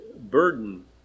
burden